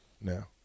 now